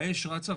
האש רצה,